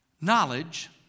Knowledge